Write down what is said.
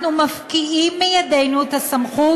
אנחנו מפקיעים מידינו את הסמכות